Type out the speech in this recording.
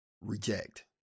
reject